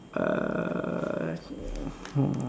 err